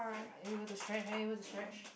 are you able to stretch are you able to stretch